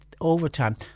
overtime